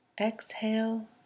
exhale